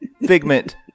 Figment